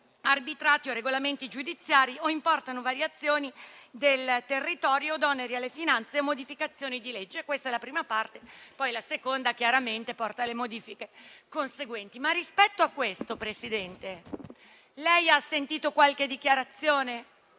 arbitrati o regolamenti giudiziari, o importano variazioni del territorio od oneri alle finanze o modificazioni di legge». Questa è la prima parte, mentre la seconda apporta le modifiche conseguenti. Rispetto a questo, signora Presidente, lei ha sentito qualche dichiarazione?